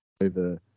over